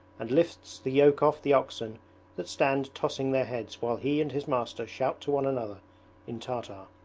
and lifts the yoke off the oxen that stand tossing their heads while he and his master shout to one another in tartar.